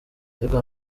ariko